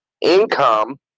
income